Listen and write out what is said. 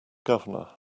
governor